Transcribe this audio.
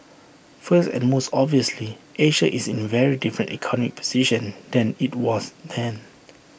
first and most obviously Asia is in very different economic position than IT was then